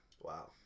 Wow